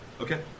Okay